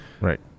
Right